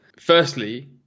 Firstly